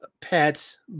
pets